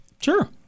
Sure